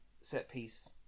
set-piece